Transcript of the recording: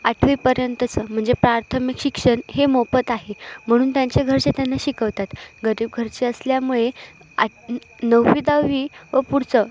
आठवीपर्यंतचं म्हणजे प्राथमिक शिक्षण हे मोफत आहे म्हणून त्यांच्या घरचे त्यांना शिकवतात गरीबघरचे असल्यामुळे आठ नववी दहावी व पुढचं